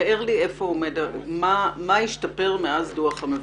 תאר לי מה השתפר מאז דוח המבקר.